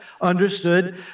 understood